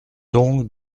donc